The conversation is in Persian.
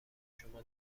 شما